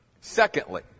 Secondly